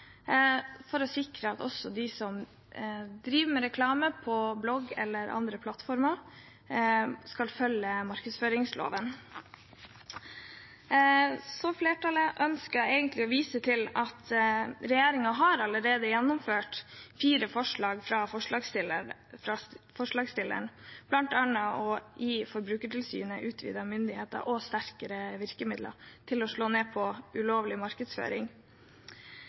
for å sikre at også de som driver med reklame på blogg eller andre plattformer, følger markedsføringsloven. Flertallet ønsker å vise til at regjeringen allerede har gjennomført fire av forslagene fra forslagsstilleren, bl.a. om å gi Forbrukertilsynet utvidet myndighet og sterkere virkemidler til å slå ned på ulovlig markedsføring.